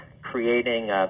creating